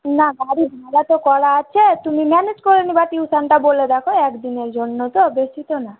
না গাড়ি ভাড়া তো করা আছে তুমি ম্যানেজ করে নেবা টিউশানটা বলে দেখো এক দিনের জন্য তো বেশি তো না